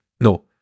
no